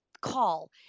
call